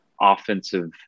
offensive